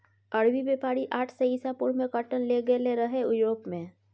अरबी बेपारी आठ सय इसा पूर्व मे काँटन लए गेलै रहय युरोप मे